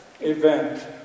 event